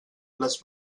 les